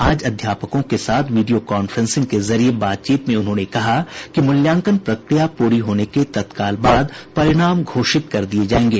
आज अध्यापकों के साथ वीडियो कॉन्फ्रेंसिंग के जरिए बातचीत में उन्होंने कहा कि मूल्यांकन प्रक्रिया पूरी होने के तत्काल बाद परिणाम घोषित कर दिए जाएंगे